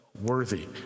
worthy